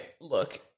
look –